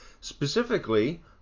specifically